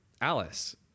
Alice